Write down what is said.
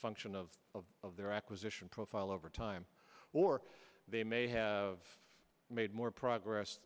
function of of of their acquisition profile over time or they may have made more progress